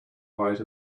height